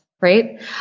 Right